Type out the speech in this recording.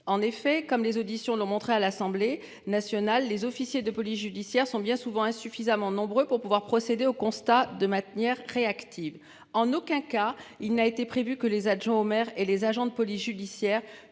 En effet, comme les auditions leur montrer à l'Assemblée nationale. Les officiers de police judiciaire sont bien souvent insuffisamment nombreux pour pouvoir procéder au constat de maintenir réactive en aucun cas il n'a été prévu que les adjoints au maire et les agents de police judiciaire